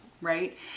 right